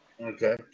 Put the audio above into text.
Okay